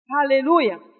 Hallelujah